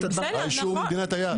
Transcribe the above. האישור הוא ממדינת היעד.